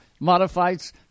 modifieds